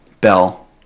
Bell